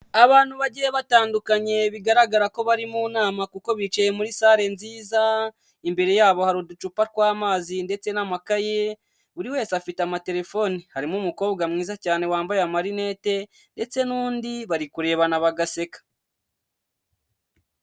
Abantu bagiye batandukanye bigaragara ko bari mu nama kuko bicaye muri sare nziza, imbere yabo hari uducupa tw'amazi ndetse n'amakaye, buri wese afite amatelefoni, harimo umukobwa mwiza cyane wambaye amarinete ndetse n'undi bari kurebana bagaseka